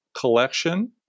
collection